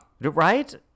Right